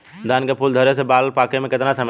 धान के फूल धरे से बाल पाके में कितना समय लागेला?